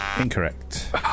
Incorrect